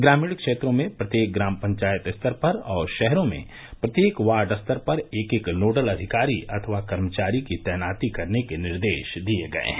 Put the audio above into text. ग्रामीण क्षेत्रों में प्रत्येक ग्राम पंचायत स्तर पर और शहरों में प्रत्येक वार्ड स्तर पर एक एक नोडल अधिकारी अथवा कर्मचारी की तैनाती करने के निर्देश दिए गए हैं